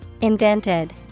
indented